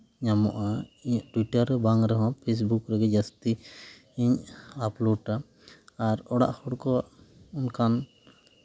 ᱧᱟᱢᱚᱜᱼᱟ ᱤᱧᱟᱹᱜ ᱴᱩᱭᱴᱟᱨ ᱨᱮ ᱵᱟᱝ ᱨᱮᱦᱚᱸ ᱯᱷᱮᱥᱵᱩᱠ ᱨᱮᱜᱮ ᱡᱟᱹᱥᱛᱤ ᱤᱧ ᱟᱯᱞᱳᱰᱼᱟ ᱟᱨ ᱚᱲᱟᱜ ᱦᱚᱲᱠᱚ ᱚᱱᱠᱟᱱ